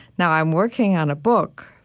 now i'm working on a book,